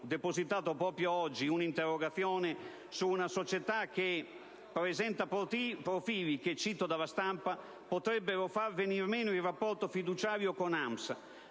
ho depositato proprio oggi un'interrogazione inerente una società che presenta profili che - cito dalla stampa - potrebbero far venire meno il rapporto fiduciario con